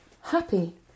happy